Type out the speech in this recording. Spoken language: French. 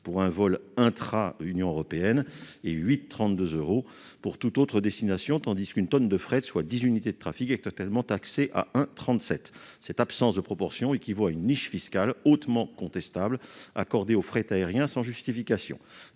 pour un vol intra-Union européenne et 8,32 euros pour toute autre destination, tandis qu'une tonne de fret, soit dix unités de trafic, est actuellement taxée à 1,37 euro. Cette absence de proportion équivaut à une niche fiscale hautement contestable, accordée au fret aérien sans justification.